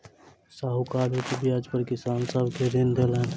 साहूकार उच्च ब्याज पर किसान सब के ऋण देलैन